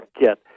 get